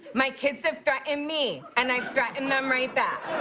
my kids have threatened me, and i threatened them right back.